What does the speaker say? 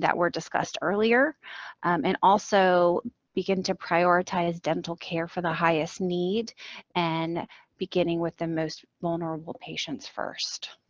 that were discussed earlier and also begin to prioritize dental care for the highest need and beginning with the most vulnerable patients first.